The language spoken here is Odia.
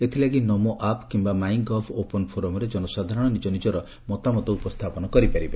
ଏଥଲାଗି ନମୋ ଆପ୍ କିମ୍ୟା ମାଇଁ ଗଭ୍ ଓପନ ଫୋରମ୍ରେ ଜନସାଧାରଣ ନିଜ ନିଜର ମତାମତ ଉପସ୍ରାପନ କରିପାରିବେ